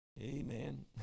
Amen